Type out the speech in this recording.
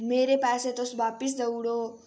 मेरे पैसे तुस बापस देउड़ो